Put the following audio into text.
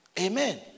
Amen